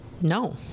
No